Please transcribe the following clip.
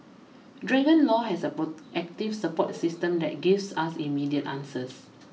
Dragon law has a proactive support system that gives us immediate answers